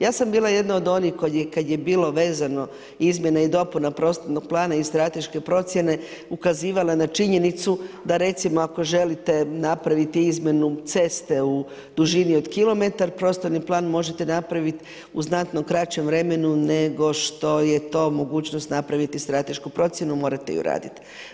Ja sam bila jedna od onih kada je bilo vezano izmjene i dopuna prostornog plana i strateške procjene ukazivala na činjenicu da recimo ako želite napraviti izmjenu ceste u dužini od kilometar prostorni plan možete napraviti u znatnom kraćem vremenu nego što je to mogućnost napraviti stratešku procjenu morate ju raditi.